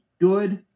good